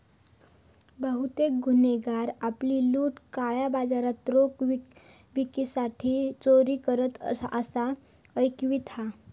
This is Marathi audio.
बहुतेक गुन्हेगार आपली लूट काळ्या बाजारात रोख विकूसाठी चोरी करतत, असा ऐकिवात हा